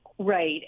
Right